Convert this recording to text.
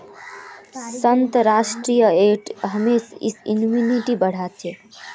संतरात एंटीऑक्सीडेंट हचछे जे इम्यूनिटीक बढ़ाछे